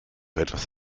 etwas